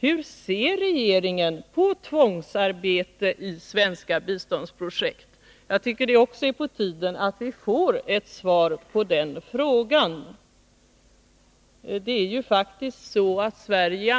Hur ser regeringen på tvångsarbete i svenska biståndsprojekt? Det är på tiden att vi får ett svar på den frågan. Sverige brukar i